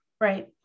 Right